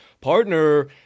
Partner